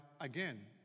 again